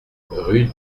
rue